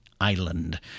island